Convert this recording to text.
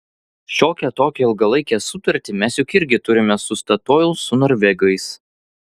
šiokią tokią ilgalaikę sutartį mes juk irgi turime su statoil su norvegais